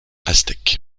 aztèque